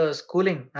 schooling